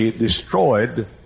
destroyed